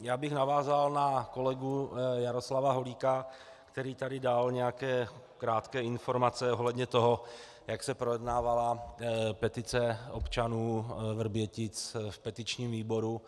Já bych navázal na kolegu Jaroslava Holíka, který tady dal nějaké krátké informace ohledně toho, jak se projednávala petice občanů Vrbětic v petičním výboru.